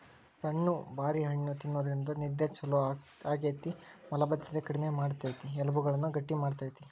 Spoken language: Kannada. ಸಣ್ಣು ಬಾರಿ ಹಣ್ಣ ತಿನ್ನೋದ್ರಿಂದ ನಿದ್ದೆ ಚೊಲೋ ಆಗ್ತೇತಿ, ಮಲಭದ್ದತೆ ಕಡಿಮಿ ಮಾಡ್ತೆತಿ, ಎಲಬುಗಳನ್ನ ಗಟ್ಟಿ ಮಾಡ್ತೆತಿ